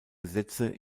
gesetze